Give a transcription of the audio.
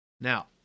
Now